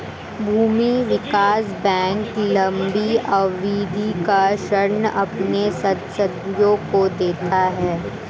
भूमि विकास बैंक लम्बी अवधि का ऋण अपने सदस्यों को देता है